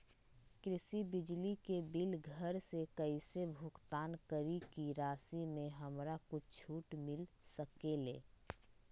कृषि बिजली के बिल घर से कईसे भुगतान करी की राशि मे हमरा कुछ छूट मिल सकेले?